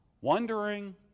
wondering